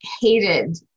hated